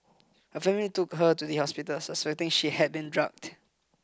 her family took her to the hospital suspecting she had been drugged